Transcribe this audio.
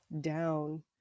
down